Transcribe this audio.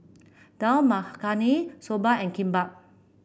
Dal Makhani Soba and Kimbap